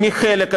מחלק,